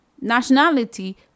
nationality